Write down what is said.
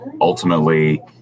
ultimately